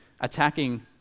attacking